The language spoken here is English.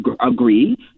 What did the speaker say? agree